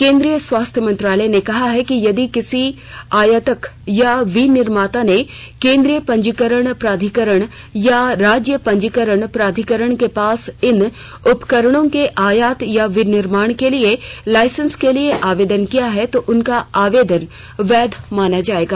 केंद्रीय स्वास्थ्य मंत्रालय ने कहा है कि यदि किसी आयातक या विनिर्माता ने केंद्रीय पंजीकरण प्राधिकरण या राज्य पंजीकरण प्राधिकरण के पास इन उपकरणों के आयात या विनिर्माण के लाइसेंस के लिए आवेदन किया है तो उनका आवेदन वैध माना जाएगा